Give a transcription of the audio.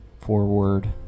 forward